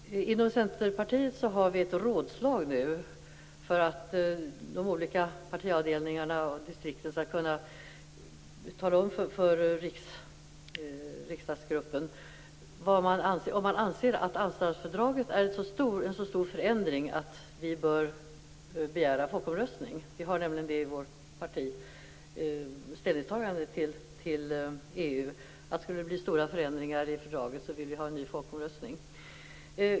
Fru talman! Inom Centerpartiet har vi för närvarande ett rådslag för att de olika partiavdelningarna och distrikten skall kunna tala om för riksdagsgruppen huruvida de anser att Amsterdamfördraget utgör en sådan stor förändring att det skall begäras en folkomröstning. Vi har i vårt parti tagit det ställningstagandet till EU, att om det blir stora förändringar i fördraget skall det bli en ny folkomröstning.